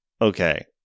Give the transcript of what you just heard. Okay